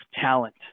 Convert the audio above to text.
talent